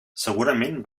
segurament